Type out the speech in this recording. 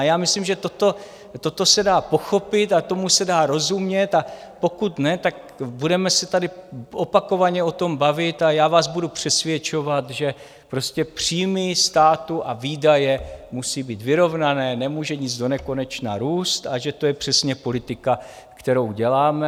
Já myslím, že toto se dá pochopit a tomu se dá rozumět, a pokud ne, tak budeme se tady opakovaně o tom bavit a já vás budu přesvědčovat, že prostě příjmy státu a výdaje musí být vyrovnané, nemůže nic donekonečna růst, a že je to přesně politika, kterou děláme.